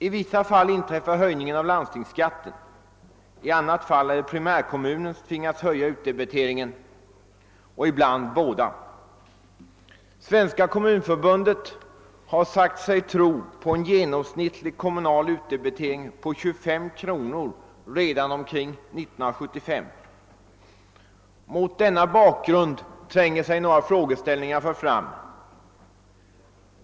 I vissa fall inträffar höjning av landstingsskatten, i andra fall är det primärkommunen som tvingas höja utdebiteringen — ibland båda. Svenska kommunförbundet har sagt sig tro på en genomsnittlig kommunal utdebitering på 25 kronor redan omkring 1975. Mot denna bakgrund tränger sig några frågeställningar fram.